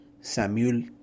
Samuel